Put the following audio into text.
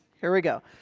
here we go.